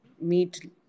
meet